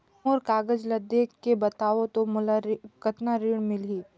मोर कागज ला देखके बताव तो मोला कतना ऋण मिलही?